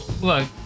look